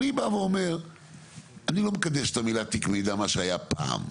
אני בא ואומר אני לא מקדש את המילה תיק מידע מה שהיה פעם.